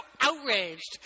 outraged